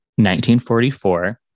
1944